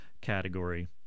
category